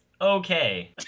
okay